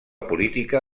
política